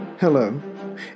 Hello